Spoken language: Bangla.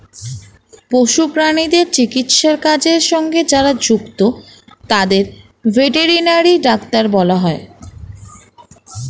পশু প্রাণীদের চিকিৎসার কাজের সঙ্গে যারা যুক্ত তাদের ভেটেরিনারি ডাক্তার বলা হয়